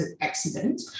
accident